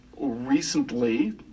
recently